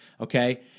okay